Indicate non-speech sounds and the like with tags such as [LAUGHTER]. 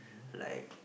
[BREATH] like